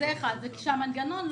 כאשר המנגנון,